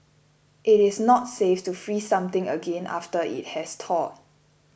it is not safe to freeze something again after it has thawed